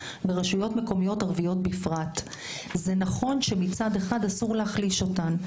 ברשויות מקומיות ערביות בפרט זה נכון שמצד אחד אסור להחליש אותן,